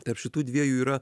tarp šitų dviejų yra